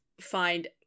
find